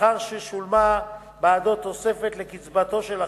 לאחר ששולמה בעדו תוספת לקצבתו של אחר.